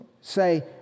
say